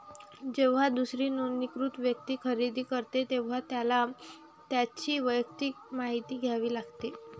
जेव्हा दुसरी नोंदणीकृत व्यक्ती खरेदी करते, तेव्हा त्याला त्याची वैयक्तिक माहिती द्यावी लागते